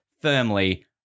firmly